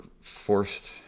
forced